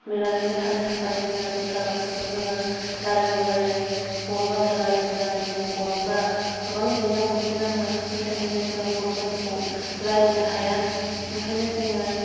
मिलायनानै थानो थाखाय जोंङो दस्रा भासाखौ जोंङो रायलाय नांगौ जायो बर' भासा रायलायब्लानो जोंनि बर'फ्रा गोबां जेंनायाव गोग्लै नांङो बेनिथाखायनो जोंङो बर' भासाखौ रायलायनो हाया ओंखायनो जोंङो